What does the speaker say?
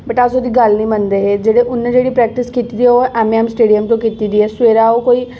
बट्ट अस ओह्दी गल्ल नेईं मन्नदे हे जेह्ड़े उ'न्नै जेह्ड़ी प्रैक्टिस कीती दी ओह् एम ए एम स्टेडियम थमां कीती दी ऐ सवेरै ओह् कोई